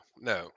no